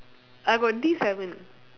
I got D seven